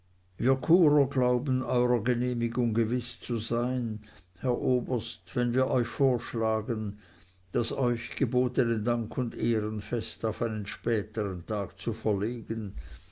glauben eurer genehmigung gewiß zu sein herr oberst wenn wir euch vorschlagen das euch gebotene dank und ehrenfest auf einen spätern tag zu verlegen